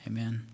Amen